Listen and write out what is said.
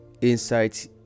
insights